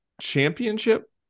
championship